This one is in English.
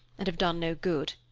and have done no good.